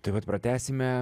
tai vat pratęsime